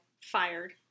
fired